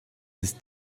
ist